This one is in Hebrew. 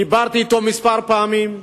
דיברתי אתו כמה פעמים,